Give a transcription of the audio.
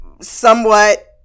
somewhat